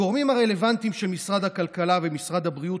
הגורמים הרלוונטיים של משרד הכלכלה ומשרד הבריאות